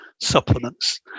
supplements